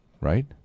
right